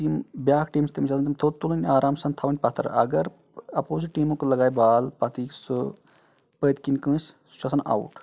تہٕ یِم بیاکھ ٹیٖم چھِ تٔمِس آسَان تِم تھوٚد تُلٕنۍ آرام سان تھاوٕنۍ پَتھر اگر اَپوزِٹ ٹیٖمُک لَگایہِ بال پَتہٕ یِیہِ سُہ پٔتۍ کِنۍ کٲنٛسہِ سُہ چھُ آسَان اَوُٹ